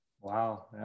Wow